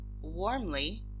warmly